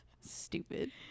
Stupid